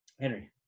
Henry